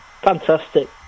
Fantastic